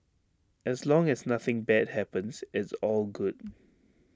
as long as nothing bad happens it's all good